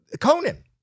conan